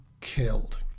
killed